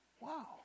Wow